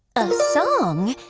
a song?